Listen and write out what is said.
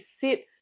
sit